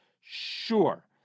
Sure